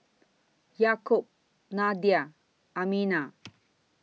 Yaakob Nadia Aminah